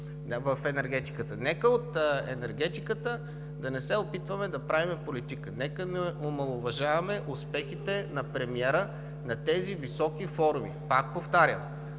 в енергетиката. Нека не се опитваме от енергетиката да правим политика! Нека не омаловажаваме успехите на премиера на тези високи форуми. Пак повтарям: